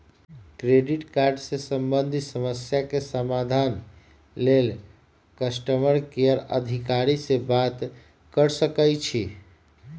credit card से संबंधित समस्या के समाधान लेल कस्टमर केयर अधिकारी से बात कर सकइछि